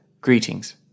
Greetings